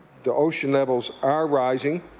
the ocean levels are rising.